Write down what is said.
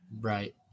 Right